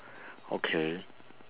okay